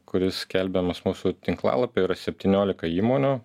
kuris skelbiamas mūsų tinklalapy yra septyniolika įmonių